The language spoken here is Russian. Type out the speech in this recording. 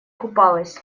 купалась